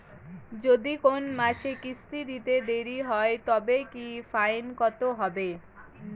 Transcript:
যদি কোন মাসে কিস্তি দিতে দেরি হয় তবে কি ফাইন কতহবে?